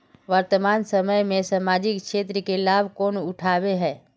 वर्तमान समय में सामाजिक क्षेत्र के लाभ कौन उठावे है?